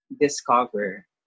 discover